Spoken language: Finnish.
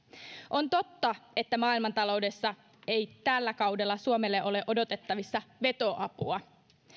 on totta että maailmantaloudesta ei tällä kaudella suomelle ole odotettavissa vetoapua